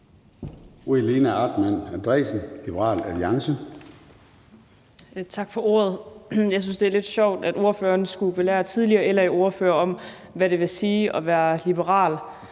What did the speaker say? Helena Artmann Andresen (LA): Tak for ordet. Jeg synes, det er lidt sjovt, at ordføreren skulle belære den tidligere LA-ordfører om, hvad det vil sige at være liberal.